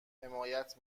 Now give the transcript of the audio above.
حمایت